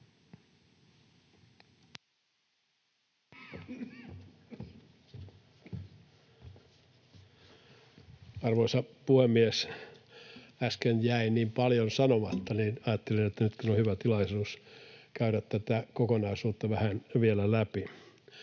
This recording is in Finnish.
Arvoisa puhemies! Kun äsken jäi niin paljon sanomatta, niin ajattelin, että nyt on hyvä tilaisuus käydä tätä kokonaisuutta vähän vielä läpi.